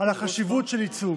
על החשיבות של ייצוג.